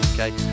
Okay